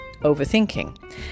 overthinking